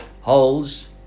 holes